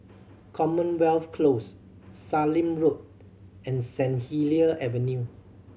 Commonwealth Close Sallim Road and Saint Helier Avenue